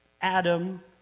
Adam